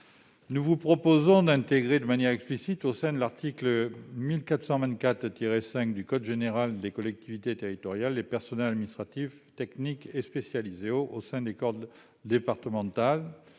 Nous proposons ainsi d'intégrer de manière explicite au sein de l'article L. 1424-5 du code général des collectivités territoriales les personnels administratifs, techniques et spécialisés au sein du corps départemental